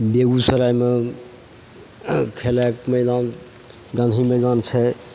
बेगूसरायमे खेलैके मैदान गाँधी मैदान छै